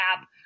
app